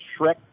Shrek